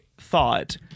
thought